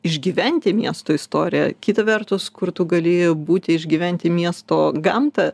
išgyventi miesto istoriją kita vertus kur tu gali būti išgyventi miesto gamtą